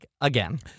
again